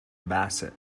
bassett